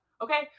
okay